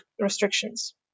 restrictions